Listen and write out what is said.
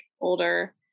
older